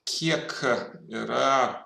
kiek yra